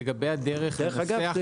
דרך אגב,